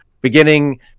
beginning